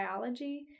biology